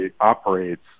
operates